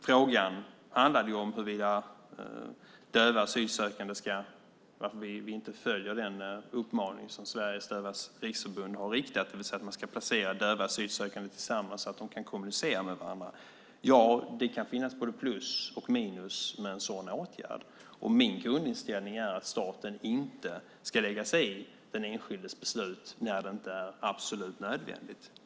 Frågan handlade om varför vi inte följer den uppmaning som Sveriges Dövas Riksförbund har riktat, det vill säga att man ska placera döva asylsökande tillsammans så att de kan kommunicera med varandra. Ja, det kan finnas både plus och minus med en sådan åtgärd. Min grundinställning är att staten inte ska lägga sig i den enskildes beslut när det inte är absolut nödvändigt.